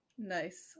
nice